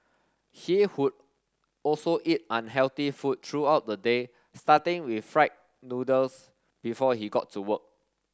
he would also eat unhealthy food throughout the day starting with fried noodles before he got to work